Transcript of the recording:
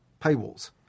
paywalls